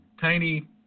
tiny